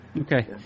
Okay